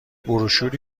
بروشور